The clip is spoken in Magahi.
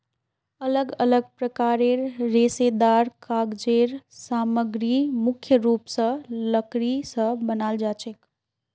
अलग अलग प्रकारेर रेशेदार कागज़ेर सामग्री मुख्य रूप स लकड़ी स बनाल जाछेक